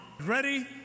Ready